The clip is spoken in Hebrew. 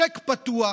צ'ק פתוח,